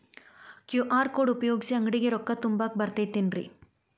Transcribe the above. QR code ಉಪಯೋಗಿಸಿ, ಅಂಗಡಿಗೆ ರೊಕ್ಕಾ ತುಂಬಾಕ್ ಬರತೈತೇನ್ರೇ?